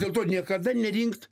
dėl to niekada nerinkt